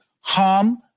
harm